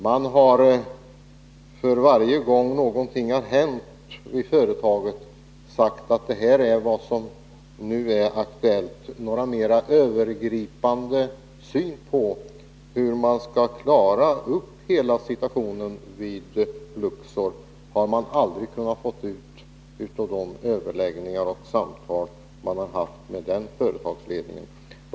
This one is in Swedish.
Man har för varje gång någonting har hänt i företaget sagt att det här är vad som nu är aktuellt. Någon mer övergripande syn på hur man skall klara upp hela situationen vid Luxor har aldrig kommit till uttryck vid de överläggningar och samtal som förts med företagsledningen.